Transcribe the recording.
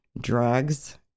drugs